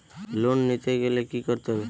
Loan নিতে গেলে কি করতে হবে?